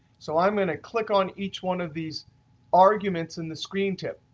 so i'm going to click on each one of these arguments in the screen tip.